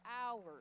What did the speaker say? hours